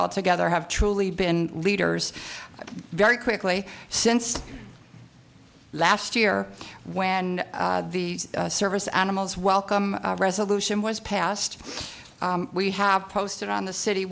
all together have truly been leaders very quickly since last year when the service animals welcome resolution was passed we have posted on the city